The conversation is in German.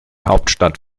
hauptstadt